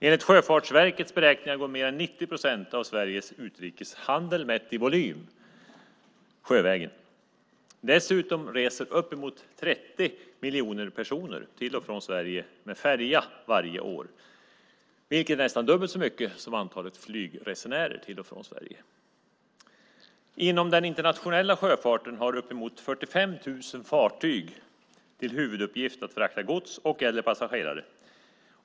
Enligt Sjöfartsverkets beräkningar går mer än 90 procent av Sveriges utrikeshandel, mätt i volym, sjövägen. Dessutom reser uppemot 30 miljoner personer till och från Sverige med färja varje år, vilket är nästan dubbelt så många som antalet flygresenärer till och från Sverige. Inom den internationella sjöfarten har uppemot 45 000 fartyg till huvuduppgift att frakta gods och/eller passagerare.